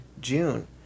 June